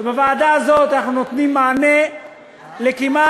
ובוועדה הזאת אנחנו נותנים מענה לכמעט